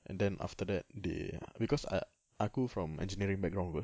and then after that they because a~ aku from engineering background apa